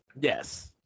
Yes